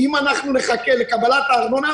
אם אנחנו נחכה לקבלת הארנונה,